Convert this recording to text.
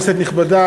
כנסת נכבדה,